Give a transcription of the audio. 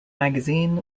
magazine